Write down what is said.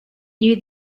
knew